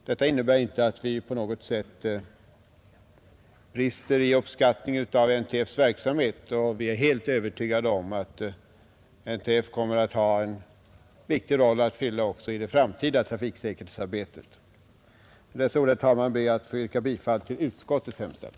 Detta innebär inte att vi på något sätt brister i uppskattning av NTF:s verksamhet. Vi är helt övertygade om att NTF kommer att ha en viktig roll att spela även i det framtida trafiksäkerhetsarbetet. Med dessa ord, herr talman, ber jag att få yrka bifall till utskottets hemställan.